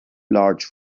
large